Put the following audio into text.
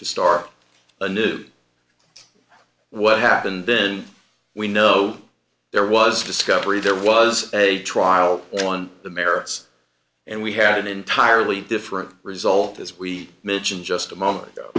to start a new what happened then we know there was discovery there was a trial on the merits and we had an entirely different result as we mentioned just a moment ago